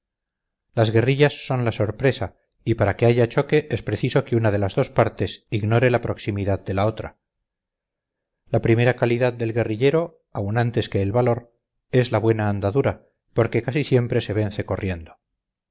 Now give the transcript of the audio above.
las guerrillas son la sorpresa y para que haya choque es preciso que una de las dos partes ignore la proximidad de la otra la primera calidad del guerrillero aun antes que el valor es la buena andadura porque casi siempre se vence corriendo